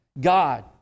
God